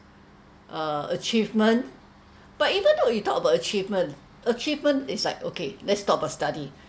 achievement but even though you talk about achievement achievement is like okay let's talk about study